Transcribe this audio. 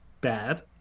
bad